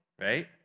right